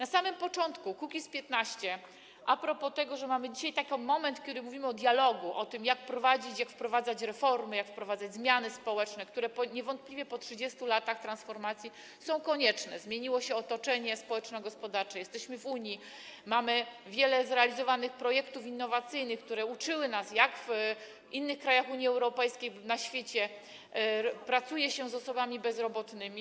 A propos tego, że mamy dzisiaj taki moment, kiedy mówimy o dialogu, o tym, jak wprowadzać reformy, jak wprowadzać zmiany społeczne, które niewątpliwie po 30 latach transformacji są konieczne, bo zmieniło się otoczenie społeczno-gospodarcze, jesteśmy w Unii, mamy wiele zrealizowanych projektów innowacyjnych, które uczyły nas, jak w innych krajach Unii Europejskiej, na świecie pracuje się z osobami bezrobotnymi.